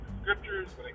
scriptures